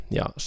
ja